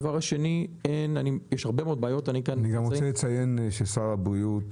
אני גם רוצה לציין ששר הבריאות,